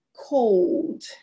cold